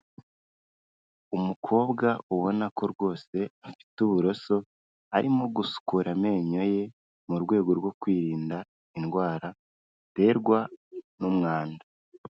Umukobwa ubona ko rwose afite uburoso ,arimo gusukura amenyo ye, mu rwego rwo kwirinda indwara ziterwa n'umwanda.